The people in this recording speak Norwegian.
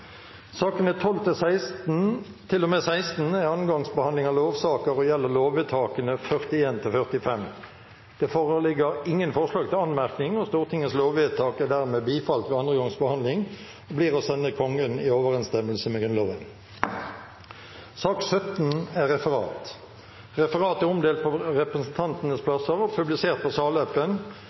Sakene nr. 12–16 er andre gangs behandling av lovsaker og gjelder lovvedtakene 41 til og med 45. Det foreligger ingen forslag til anmerkning. Stortingets lovvedtak er dermed bifalt ved andre gangs behandling og blir å sende Kongen i overensstemmelse med Grunnloven. Dermed er dagens kart ferdigbehandlet. Forlanger noen ordet før møtet heves? – Møtet er